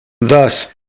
Thus